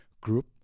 group